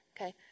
Okay